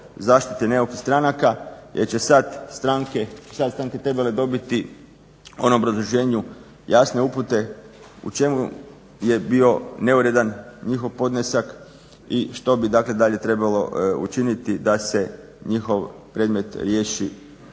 čitanja./ … stranaka jer će sada stranke trebale bi dobiti ono u obrazloženju jasne upute u čemu je bio neuredan njihov podnesak i što bi dalje trebalo učiniti da se njihov predmet riješi